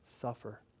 suffer